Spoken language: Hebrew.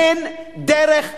אין דרך אחרת.